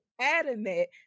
adamant